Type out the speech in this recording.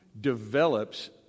develops